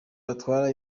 batwara